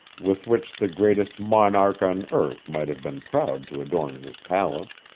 with which the greatest monarch on earth might have been proud to adorn his palace.